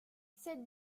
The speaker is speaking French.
cette